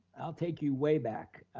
i'll take you way back,